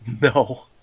No